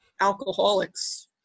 alcoholics